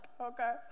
okay